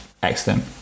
Excellent